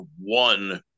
one